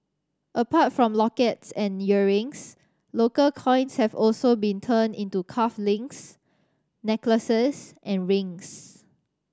apart from lockets and earrings local coins have also been turned into cuff links necklaces and rings